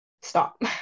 stop